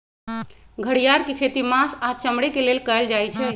घरिआर के खेती मास आऽ चमड़े के लेल कएल जाइ छइ